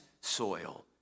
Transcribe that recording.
soil